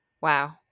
Wow